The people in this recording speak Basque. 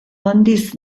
handiz